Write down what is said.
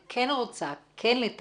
אני כן רוצה, כן לטפל